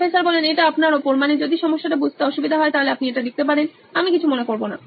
professor এটা আপনার ওপর মানে যদি সমস্যাটা বুঝতে অসুবিধা হয় তাহলে আপনি এটা লিখতে পারেন আমি কিছু মনে করবো না